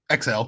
XL